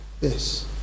Yes